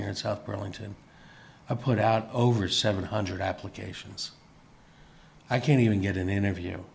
here in south burlington i put out over seven hundred applications i can't even get an interview